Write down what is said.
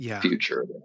future